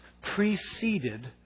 preceded